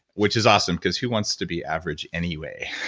which is awesome, because who wants to be average anyway.